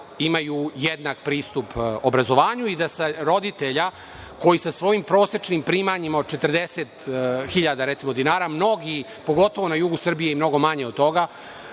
imaju jednak pristup obrazovanju roditelja, koji sa svojim prosečnim primanjima od 40.000 hiljada, recimo dinara, mnogi pogotovo na jugu Srbije i mnogo manje od toga